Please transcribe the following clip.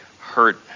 hurt